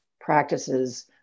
practices